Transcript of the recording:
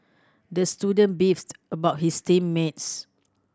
the student beefed about his team mates